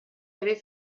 avez